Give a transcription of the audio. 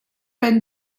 ben